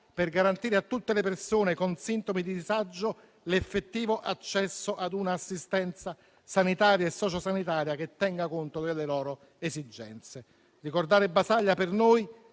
per garantire a tutte le persone con sintomi di disagio l'effettivo accesso ad un'assistenza sanitaria e socio-sanitaria che tenga conto delle loro esigenze. Per noi ricordare Basaglia